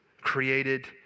created